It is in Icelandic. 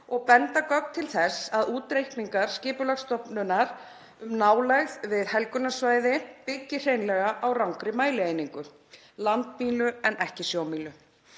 og benda gögn til þess að útreikningar Skipulagsstofnunar um nálægð við helgunarsvæði byggi hreinlega á rangri mælieiningu, landmílu en ekki sjómílu.